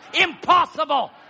Impossible